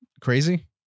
crazy